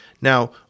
Now